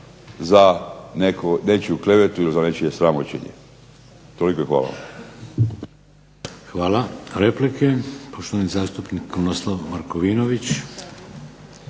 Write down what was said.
za nečiju klevetu ili za nečije sramoćenje. Toliko i hvala vam. **Šeks, Vladimir (HDZ)** Hvala. Replike. Poštovani zastupnik Krunoslav Markovinović.